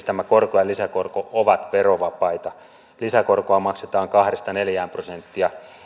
tämä korko ja lisäkorko ovat verovapaita lisäkorkoa maksetaan kaksi viiva neljä prosenttia